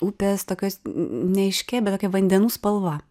upės tokios neaiškia bet tokia vandenų spalva